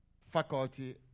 faculty